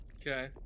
Okay